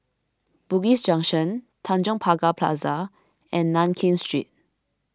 Bugis Junction Tanjong Pagar Plaza and Nankin Street